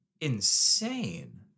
insane